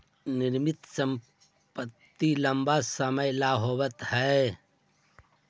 निश्चित संपत्ति लंबा समय ला होवऽ हइ